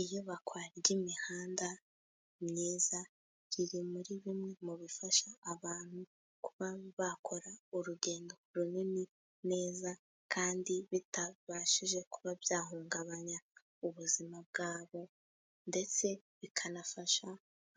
Iyubakwa ry'imihanda myiza biri muri bimwe mu bifasha abantu kuba bakora urugendo runini neza kandi bitabashije kuba byahungabanya ubuzima bwabo. Ndetse bikanafasha